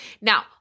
Now